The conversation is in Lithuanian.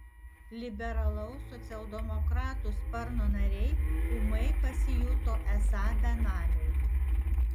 liberalaus socialdemokratų sparno nariai ūmai pasijuto esą benamiai